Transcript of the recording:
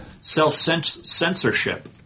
self-censorship